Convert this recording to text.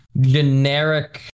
generic